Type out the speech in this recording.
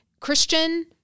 Christian